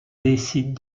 décide